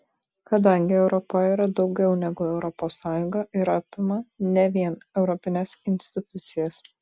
kadangi europa yra daugiau negu europos sąjunga ir apima ne vien europines institucijas